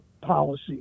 policy